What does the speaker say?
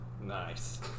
Nice